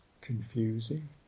confusing